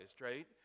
right